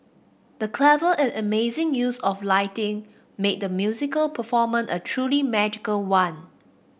the clever and amazing use of lighting made the musical performan a truly magical one